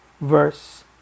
Verse